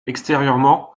extérieurement